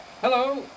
hello